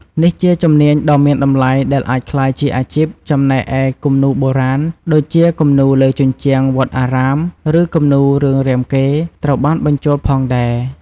នេះជាជំនាញដ៏មានតម្លៃដែលអាចក្លាយជាអាជីព ចំណែកឯគំនូរបុរាណ ដូចជាគំនូរលើជញ្ជាំងវត្តអារាម ឬគំនូររឿងរាមកេរ្តិ៍ ត្រូវបានបញ្ចូលផងដែរ។